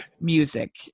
music